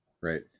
right